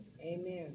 Amen